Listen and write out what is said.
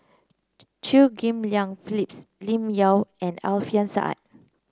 Chew Ghim Lian Phyllis Lim Yau and Alfian Sa'at